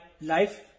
life